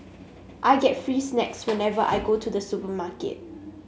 I get free snacks whenever I go to the supermarket